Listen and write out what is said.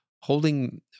holding